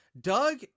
Doug